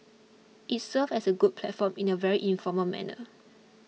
it serves as a good platform in a very informal manner